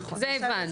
זה הבנו.